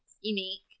unique